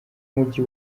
umujyi